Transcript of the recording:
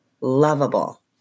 lovable